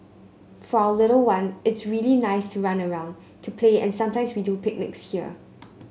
for our little one it's really nice to run around to play and sometimes we do picnics here